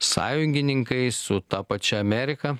sąjungininkais su ta pačia amerika